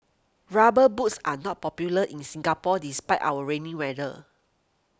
rubber boots are not popular in Singapore despite our rainy weather